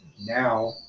now